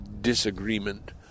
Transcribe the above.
Disagreement